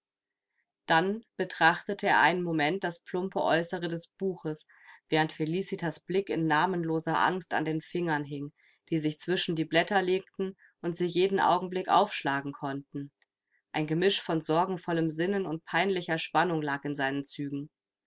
dann betrachtete er einen moment das plumpe aeußere des buches während felicitas blick in namenloser angst an den fingern hing die sich zwischen die blätter legten und sie jeden augenblick aufschlagen konnten ein gemisch von sorgenvollem sinnen und peinlicher spannung lag in seinen zügen